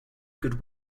good